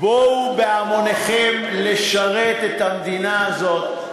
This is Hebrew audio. בואו בהמוניכם לשרת את המדינה הזאת.